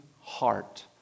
heart